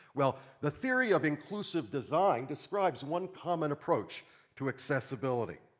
well, the theory of inclusive design describes one common approach to accessibility.